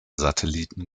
satelliten